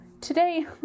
Today